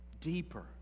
deeper